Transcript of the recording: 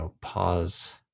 pause